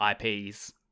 ips